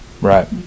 Right